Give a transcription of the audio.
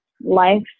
life